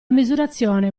misurazione